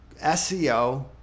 SEO